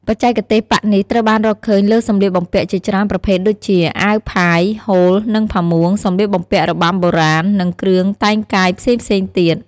បច្ចេកទេសប៉ាក់នេះត្រូវបានរកឃើញលើសម្លៀកបំពាក់ជាច្រើនប្រភេទដូចជា អាវផាយ ហូល និងផាមួង សំលៀកបំពាក់របាំបុរាណ និងគ្រឿងតែងកាយផ្សេងៗទៀត។